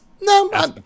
No